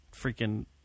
freaking